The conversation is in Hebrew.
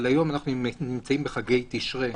אבל היום אנחנו נמצאים בחגי תשרי.